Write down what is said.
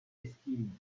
estime